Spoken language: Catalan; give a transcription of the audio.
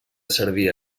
servir